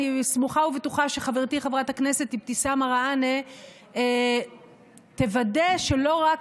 אני סמוכה ובטוחה שחברתי חברת הכנסת אבתיסאם מראענה תוודא שלא רק